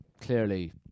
clearly